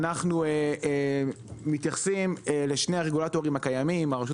אנחנו מתייחסים לשני הרגולטורים הקיימים: הרשות